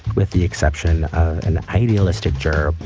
with the exception of an idealistic juror,